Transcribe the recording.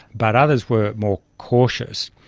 but others were more cautious.